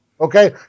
okay